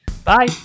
Bye